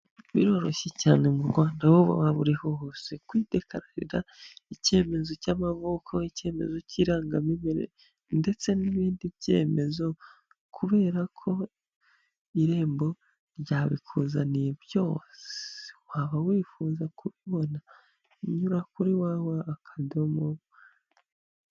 Biroroshye cyane mu Rwanda aho waba uri hose, kwidekararira icyemezo cy'amavuko, icyemezo cy'irangamimerere, ndetse n'ibindi byemezo kubera ko irembo ryabikuzaniye byose waba wifuza kubibona, unyura kuri www akadomo.